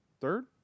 Third